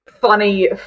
funny